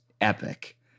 epic